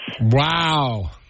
Wow